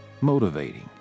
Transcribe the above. Motivating